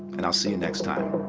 and i'll see you next time.